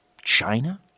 China